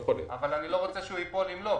אני לא רוצה שהחוק ייפול אם לא.